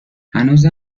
هنوز